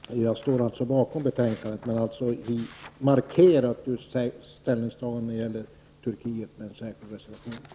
Jag står alltså bakom betänkandet, men jag markerar mitt ställningstagande om Turkiet i en särskild reservation.